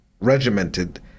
regimented